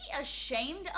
ashamed